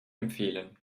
empfehlen